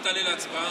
אל תעלה להצבעה.